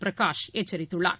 பிரகாஷ் எச்சரித்துள்ளார்